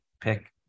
pick